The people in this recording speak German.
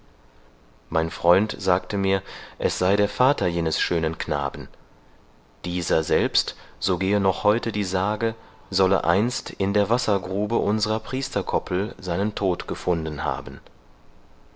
mein freund sagte mir es sei der vater jenes schönen knaben dieser selbst so gehe noch heute die sage solle einst in der wassergrube unserer priesterkoppel seinen tod gefunden haben